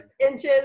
inches